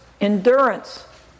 endurance